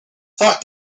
thought